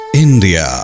India